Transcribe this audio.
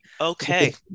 Okay